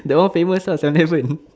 that one famous lah seven eleven